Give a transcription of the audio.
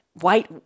white